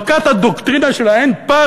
או העמקת הדוקטרינה של האין-פרטנר,